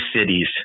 cities